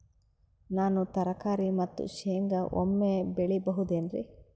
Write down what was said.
ನಾನು ತರಕಾರಿ ಮತ್ತು ಶೇಂಗಾ ಒಮ್ಮೆ ಬೆಳಿ ಬಹುದೆನರಿ?